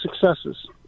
successes